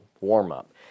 warm-up